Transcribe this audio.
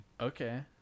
Okay